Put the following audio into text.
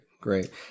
great